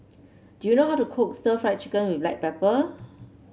do you know how to cook Stir Fried Chicken with Black Pepper